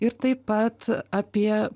ir taip pat apie